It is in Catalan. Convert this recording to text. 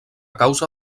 causa